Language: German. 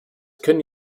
können